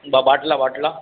ॿ बाटला वाटला